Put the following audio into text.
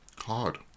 hard